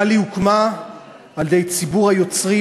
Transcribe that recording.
תל"י הוקמה על-ידי ציבור היוצרים,